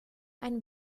ein